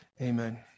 Amen